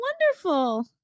wonderful